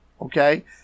Okay